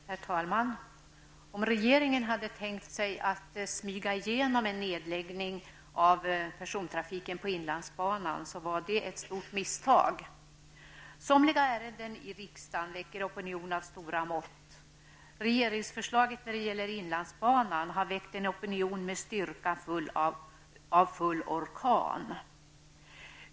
Herr talman! Om regeringen hade tänkt sig att smyga igenom en nedläggning av persontrafiken på inlandsbanan, är det ett stort misstag. Somliga ärenden i riksdagen väcker opinion av stora mått. Regeringsförslaget när det gäller inlandsbanan har väckt en opinion med styrkan av full orkan.